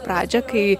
pradžią kai